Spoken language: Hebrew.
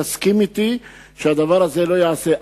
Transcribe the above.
תסכים אתי שהדבר הזה לא ייעשה.